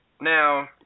now